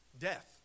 Death